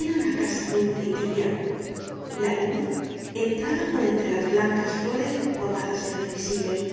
era una casa dulce y tibia la luz entraba por entre las blancas flores bordadas en los visillos